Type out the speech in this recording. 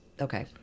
okay